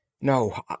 No